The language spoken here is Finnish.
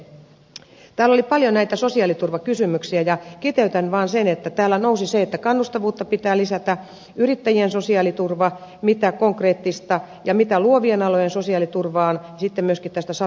täällä oli paljon näitä sosiaaliturvakysymyksiä ja kiteytän vaan sen että täällä nousivat ne että kannustavuutta pitää lisätä yrittäjien sosiaaliturva mitä konkreettista ja mitä luovien alojen sosiaaliturvaan ja sitten myöskin sata komiteasta